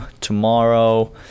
tomorrow